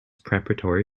preparatory